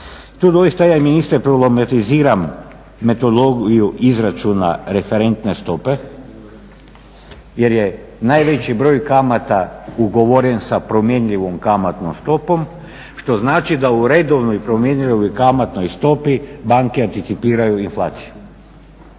Tu doista …/Govornik se ne razumije./… metodologiju izračuna referentne stope jer je najveći broj kamata ugovoren sa promjenjivom kamatnom stopom što znači da u redovnoj promjenjivoj kamatnoj stopi banke anticipiraju inflaciju,